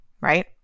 right